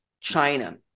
China